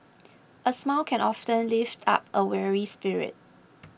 a smile can often lift up a weary spirit